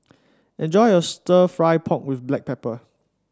enjoy your stir fry pork with Black Pepper